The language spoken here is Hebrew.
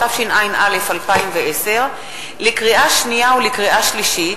התשע"א 2010. לקריאה שנייה ולקריאה שלישית: